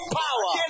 power